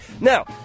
Now